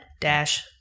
Dash